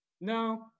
No